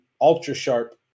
ultra-sharp